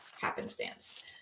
happenstance